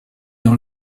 dans